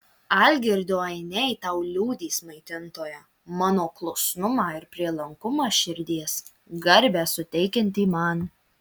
algirdo ainiai tau liudys maitintoja mano klusnumą ir prielankumą širdies garbę suteikiantį man